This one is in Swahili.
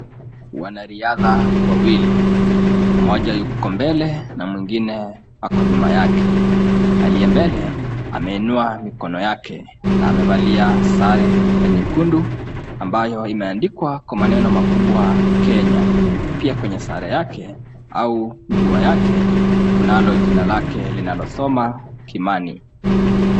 Wanariadha wawili, mmoja yuko mbele na mwingine ako nyuma yake. Aliye mbele ameinua mikono yake na amevalia sare ya nyekundu ambayo imeandikwa kwa maneno makubwa Kenya. Pia kwenye sare yake au nguo yake kunalo jina lake linalosoma Kimani.